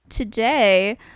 Today